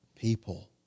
people